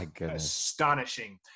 astonishing